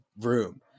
room